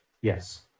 Yes